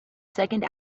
second